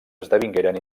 esdevingueren